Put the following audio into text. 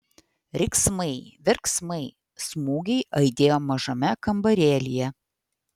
riksmai verksmai smūgiai aidėjo mažame kambarėlyje